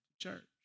Church